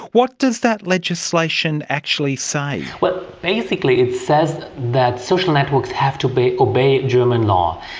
what does that legislation actually say? well, basically it says that social networks have to obey obey german law.